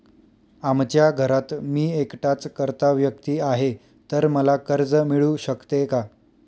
आमच्या घरात मी एकटाच कर्ता व्यक्ती आहे, तर मला कर्ज मिळू शकते का?